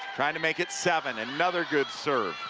trying to make it seven. another good serve